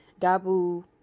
Dabu